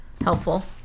helpful